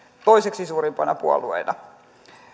toiseksi suurimpana puolueena